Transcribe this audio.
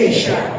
Asia